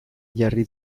jarri